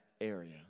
area